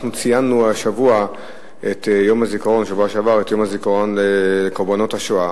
ציינו בשבוע שעבר את יום הזיכרון לקורבנות השואה,